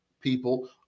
people